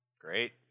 Great